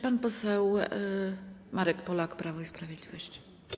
Pan poseł Marek Polak, Prawo i Sprawiedliwość.